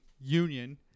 union